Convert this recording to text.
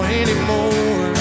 anymore